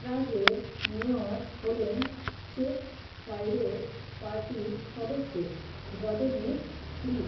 প্রাগের mayor হলেন চেক pirate পার্টির সদস্য জদেনেক হ্রিব